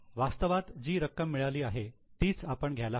वास्तवात जी रक्कम मिळाली आहे तीच आपण घ्यायला हवी